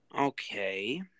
Okay